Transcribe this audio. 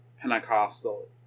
Pentecostal